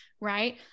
Right